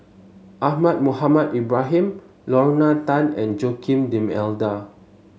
Ahmad Mohamed Ibrahim Lorna Tan and Joaquim D'Almeida